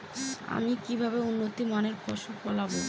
আমি কিভাবে উন্নত মানের ফসল ফলাব?